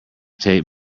tape